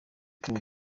turu